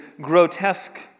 grotesque